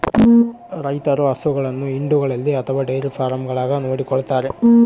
ರೈತರು ಹಸುಗಳನ್ನು ಹಿಂಡುಗಳಲ್ಲಿ ಅಥವಾ ಡೈರಿ ಫಾರ್ಮ್ಗಳಾಗ ನೋಡಿಕೊಳ್ಳುತ್ತಾರೆ